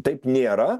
taip nėra